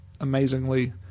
amazingly